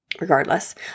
regardless